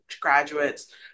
graduates